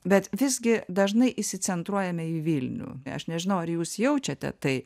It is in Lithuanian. bet visgi dažnai įsicentruojame į vilnių aš nežinau ar jūs jaučiate tai